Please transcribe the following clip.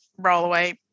rollaway